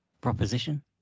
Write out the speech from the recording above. proposition